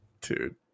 dude